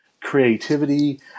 creativity